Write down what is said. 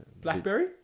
Blackberry